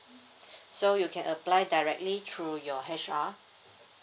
so you can apply directly through your H_R